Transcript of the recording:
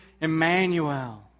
Emmanuel